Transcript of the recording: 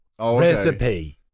recipe